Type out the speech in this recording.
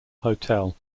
hotel